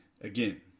Again